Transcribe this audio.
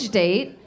date